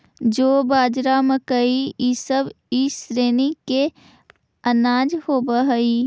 जौ, बाजरा, मकई इसब ई श्रेणी के अनाज होब हई